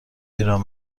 پیراهن